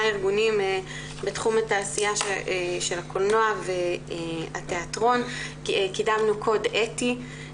ארגונים בתחום התעשייה של הקולנוע והתיאטרון קוד אתי,